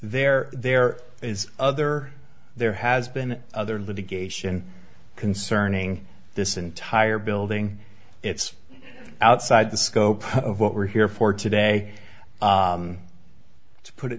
there there is other there has been other litigation concerning this entire building it's outside the scope of what we're here for today to put